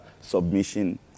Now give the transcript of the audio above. submission